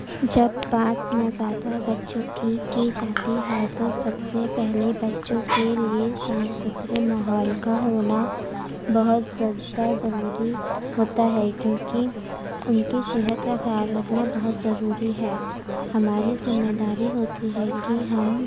جب بات نوزائیدہ بچوں کی کی جاتی ہے تو سب سے پہلے بچوں کے لیے صاف ستھرے ماحول کا ہونا بہت زیادہ ضروری ہوتا ہے کیونکہ ان کے صحت کا خیال رکھنا بہت ضروری ہے ہماری ذمہ داری ہوتی ہے کہ ہم